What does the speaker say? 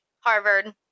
harvard